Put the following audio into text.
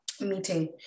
meeting